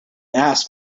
ask